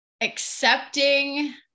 accepting